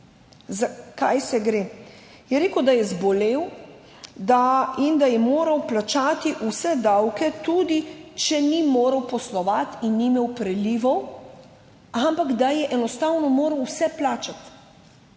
Za kaj gre? Rekel je, da je zbolel in da je moral plačati vse davke, tudi če ni mogel poslovati in ni imel prilivov. Ampak je enostavno moral vse plačati,